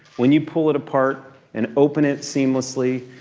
when you pull it apart and open it seamlessly,